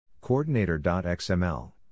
Coordinator.xml